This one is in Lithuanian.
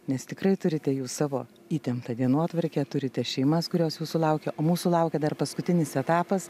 nes tikrai turite jūs savo įtemptą dienotvarkę turite šeimas kurios jūsų laukia o mūsų laukia dar paskutinis etapas